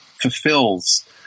fulfills